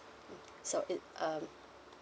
mm so it um